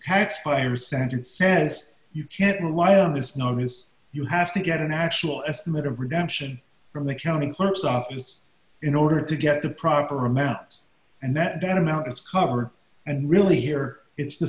cats fire centered says you can't rely on this now because you have to get a national estimate of redemption from the county clerk's office in order to get the proper amount and that then amount is covered and really here it's the